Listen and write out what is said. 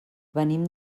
venim